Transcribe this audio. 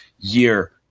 year –